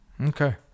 Okay